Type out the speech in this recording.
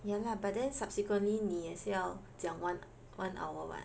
ya la but then subsequently 你也是要讲 one one hour [what]